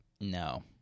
No